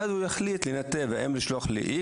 והוא ינתב את מי לשלוח לי.